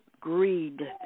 greed